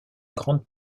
grande